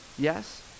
yes